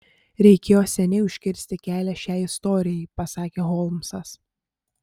reikėjo seniai užkirsti kelią šiai istorijai pasakė holmsas